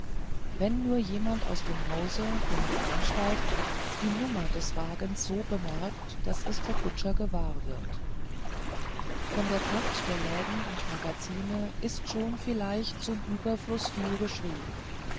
wenn nur jemand aus dem hause wo man einsteigt die nummer des wagens so bemerkt daß es der kutscher gewahr wird von der pracht der läden und magazine ist schon vielleicht zum überfluß viel geschrieben